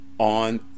on